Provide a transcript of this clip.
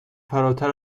فراتر